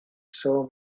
saw